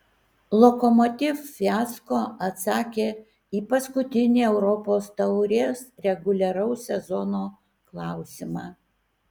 lokomotiv fiasko atsakė į paskutinį europos taurės reguliaraus sezono klausimą